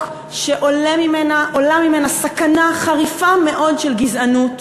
שעולה ממנה סכנה חריפה מאוד של גזענות,